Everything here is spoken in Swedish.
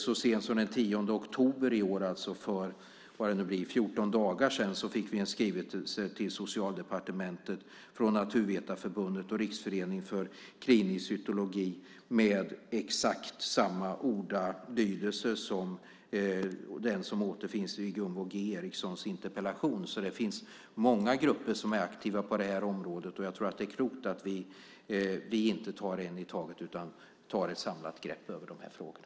Så sent som den 10 oktober i år, alltså bara för 14 dagar sedan, fick vi en skrivelse till Socialdepartementet från Naturvetarförbundet och Riksförening för klinisk cytologi med exakt samma ordalydelse som den som återfinns i Gunvor G Ericsons interpellation. Det finns många grupper som är aktiva på det här området. Jag tror att det är klokt att vi inte tar en i taget utan tar ett samlat grepp i de här frågorna.